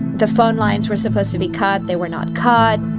the phone lines were supposed to be cut. they were not cut.